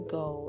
go